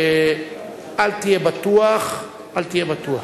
אל תהיה בטוח, אל תהיה בטוח.